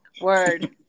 Word